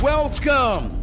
Welcome